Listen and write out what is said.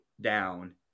down